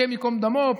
השם ייקום דמו,